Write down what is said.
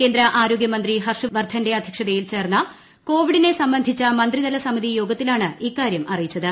കേന്ദ്ര ആരോഗ്യമന്ത്രി ഹർഷവർധന്റെ അധ്യക്ഷതയിൽ ചേർന്ന കോവിഡിനെ സംബന്ധിച്ച മന്ത്രിതല സമിതി യോഗത്തിലാണ് ഇക്കാര്യം അറിയിച്ചത്